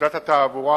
לפקודת התעבורה,